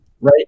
right